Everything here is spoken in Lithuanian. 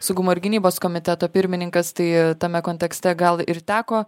saugumo ir gynybos komiteto pirmininkas tai tame kontekste gal ir teko